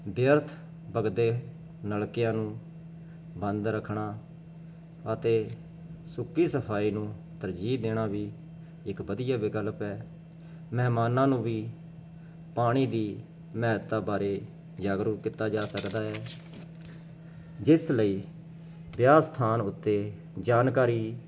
ਵਿਅਰਥ ਵਗਦੇ ਨਲਕਿਆਂ ਨੂੰ ਬੰਦ ਰੱਖਣਾ ਅਤੇ ਸੁੱਕੀ ਸਫਾਈ ਨੂੰ ਤਰਜੀਹ ਦੇਣਾ ਵੀ ਇੱਕ ਵਧੀਆ ਵਿਕਲਪ ਹੈ ਮਹਿਮਾਨਾਂ ਨੂੰ ਵੀ ਪਾਣੀ ਦੀ ਮਹਿਤਾ ਬਾਰੇ ਜਾਗਰੂਕ ਕੀਤਾ ਜਾ ਸਕਦਾ ਹੈ ਜਿਸ ਲਈ ਵਿਆਹ ਸਥਾਨ ਉੱਤੇ ਜਾਣਕਾਰੀ